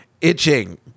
itching